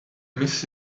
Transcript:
miss